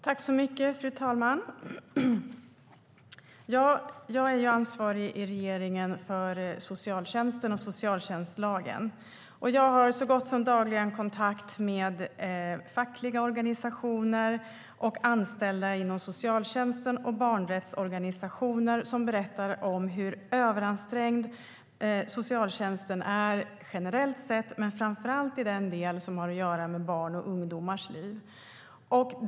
Fru talman! Jag är ansvarig i regeringen för socialtjänsten och socialtjänstlagen. Jag har så gott som dagligen kontakt med fackliga organisationer, anställda inom socialtjänsten och barnrättsorganisationer som berättar hur överansträngd socialtjänsten är inte bara generellt sett utan framför allt i den del som har att göra med barns och ungdomars liv.